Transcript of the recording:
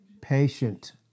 patient